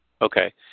Okay